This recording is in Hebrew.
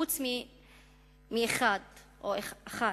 חוץ מאחד, או אחת,